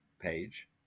page